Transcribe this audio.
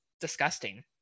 disgusting